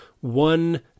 one